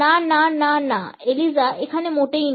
না না না না এলিজা এখানে মোটেই না